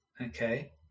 okay